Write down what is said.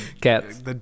Cats